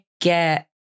get